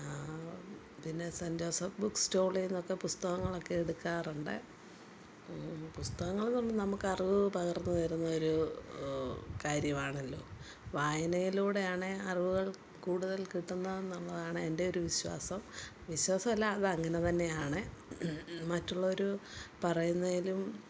അതിന് saint Joseph ബുക്ക്സ്റ്റാളിന്നൊക്കെ പുസ്തകങ്ങളൊക്കെ എടുക്കാറുണ്ട് പുസ്തകങ്ങൾ എന്ന് പറയുമ്പോൾ നമുക്ക് അറിവ് പകർന്ന് തരുന്നൊരു കാര്യമാണല്ലോ വായനയിലൂടെയാണ് അറിവുകൾ കൂടുതൽ കിട്ടുന്നതെന്നുള്ളതാണ് എൻ്റെ ഒരു വിശ്വാസം വിശ്വാസം അല്ല അത് അങ്ങനെത്തന്നെയാണ് മറ്റുള്ളവർ പറയുന്നതിലും